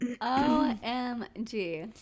O-M-G